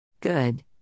Good